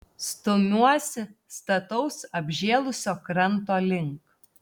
stumiuosi stataus apžėlusio kranto link